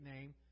name